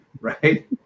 right